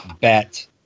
bet